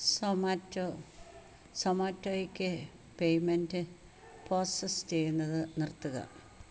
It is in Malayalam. സൊമാറ്റോ സൊമാറ്റോയ്ക്ക് പേയ്മെൻറ്റ് പ്രോസസ്സ് ചെയ്യുന്നത് നിർത്തുക